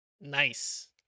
Nice